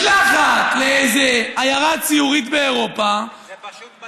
משלחת לאיזו עיירה ציורית באירופה, זה פשוט מדהים,